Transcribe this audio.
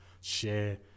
share